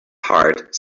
heart